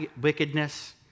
wickedness